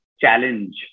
challenge